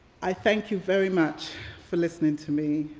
i thank you very much for listening to me,